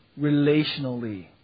relationally